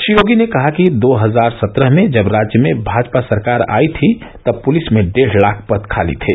श्री योगी ने कहा कि दो हजार सत्रह में जब राज्य में भाजपा सरकार आयी थी तब पुलिस में डेढ़ लाख पद खाली थे